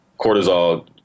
cortisol